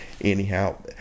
anyhow